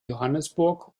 johannesburg